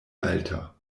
alta